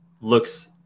looks